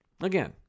Again